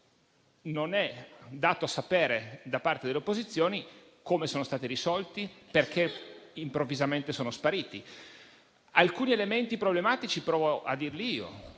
non è dato sapere, da parte delle opposizioni, come sono stati risolti e perché improvvisamente sono spariti. Alcuni elementi problematici provo a dirli io.